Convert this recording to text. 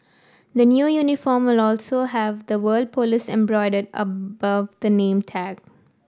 the new uniform will also have the word police embroidered above the name tag